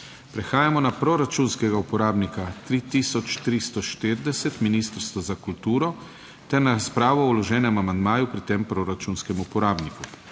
Prehajamo na proračunskega uporabnika 3340, Ministrstvo za kulturo ter na razpravo o vloženem amandmaju pri tem proračunskem uporabniku.